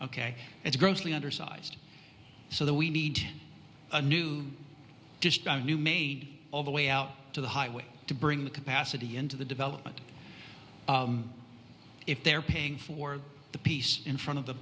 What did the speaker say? ok it's grossly undersized so that we need a new just a new made all the way out to the highway to bring the capacity into the development if they're paying for the piece in front of the